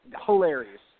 Hilarious